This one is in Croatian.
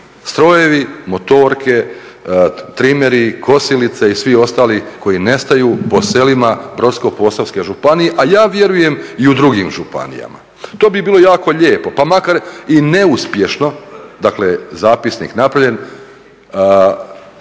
strojevi, motorke, trimeri, kosilice i svi ostali koji nestaju po selima Brodsko-posavske županija a ja vjerujem i u drugim županijama. To bi bilo jako lijepo pa makar i neuspješno, dakle zapisnik napravljan,